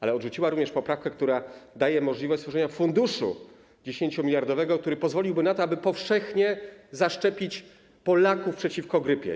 Ale odrzuciła również poprawkę, która daje możliwość stworzenia 10-miliardowego funduszu, który pozwoliłby na to, aby powszechnie zaszczepić Polaków przeciwko grypie.